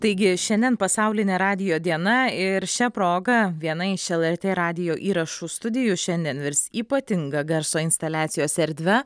taigi šiandien pasaulinė radijo diena ir šia proga viena iš lrt radijo įrašų studijų šiandien virs ypatinga garso instaliacijos erdve